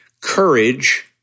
courage